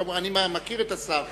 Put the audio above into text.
אני מכיר את השר,